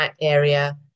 area